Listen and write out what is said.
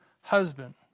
husband